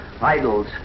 idols